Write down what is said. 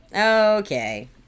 okay